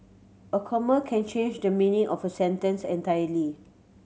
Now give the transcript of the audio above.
a comma can change the meaning of a sentence entirely